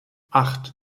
acht